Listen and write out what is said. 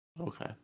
Okay